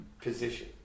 position